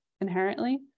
inherently